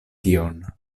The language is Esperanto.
tion